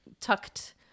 tucked